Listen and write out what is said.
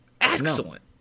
excellent